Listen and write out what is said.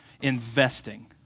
investing